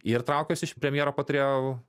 ir traukiuosi iš premjero patarėjo